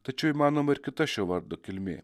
tačiau įmanoma ir kita šio vardo kilmė